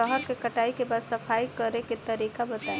रहर के कटाई के बाद सफाई करेके तरीका बताइ?